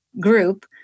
group